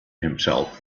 himself